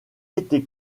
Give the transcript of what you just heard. été